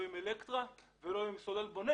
עם אלקטרה או עם סולל בונה